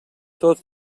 tot